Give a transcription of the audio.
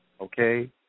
okay